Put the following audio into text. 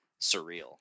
surreal